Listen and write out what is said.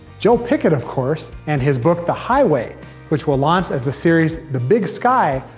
joe pickett, of course, and his book, the highway which will launch as the series, the big sky,